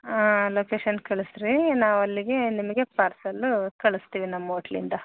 location ಕಳಿಸ್ರಿ ನಾವಲ್ಲಿಗೆ ನಿಮಗೆ ಪಾರ್ಸೆಲ್ ಕಳಿಸ್ತೀವಿ ನಮ್ಮ ಹೋಟ್ಲಿಂದ